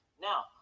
Now